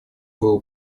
было